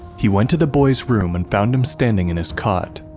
he went to the boy's room and found him standing in his cot,